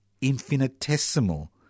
infinitesimal